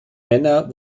männer